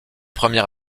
premier